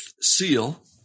seal